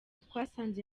twasanze